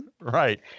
right